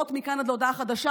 תורים מכאן עד להודעה חדשה,